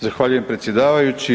Zahvaljujem predsjedavajući.